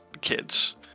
kids